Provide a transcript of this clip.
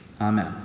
Amen